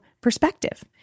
perspective